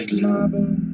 marble